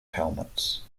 helmets